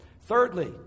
Thirdly